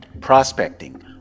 prospecting